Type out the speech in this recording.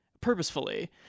purposefully